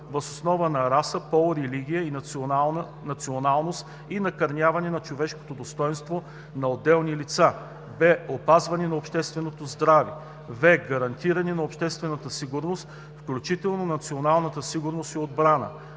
въз основа на раса, пол, религия или националност и накърняване на човешкото достойнство на отделни лица; б) опазването на общественото здраве в) гарантирането на обществената сигурност, включително на националната сигурност и отбрана;